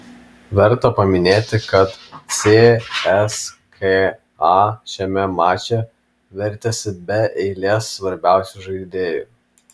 verta paminėti kad cska šiame mače vertėsi be eilės svarbiausių žaidėjų